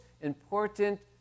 important